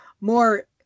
more